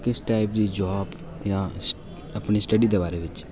किस टाईप दी जॉब जां अपनी स्टडी दे बारै च